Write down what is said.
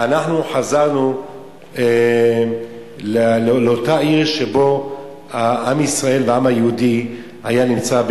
אנחנו חזרנו לאותה עיר שבה עם ישראל והעם היהודי נמצא,